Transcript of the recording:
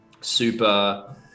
super